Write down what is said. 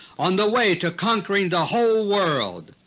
on the way to conquering the whole world.